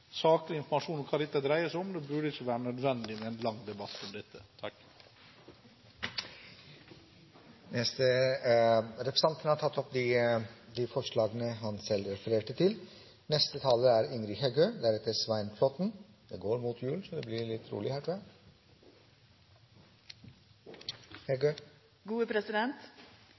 saklig informasjon om hva dette dreier seg om. Det burde ikke være nødvendig med en lang debatt om dette. Representanten Harald T. Nesvik har tatt opp de forslag han refererte til.